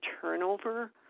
turnover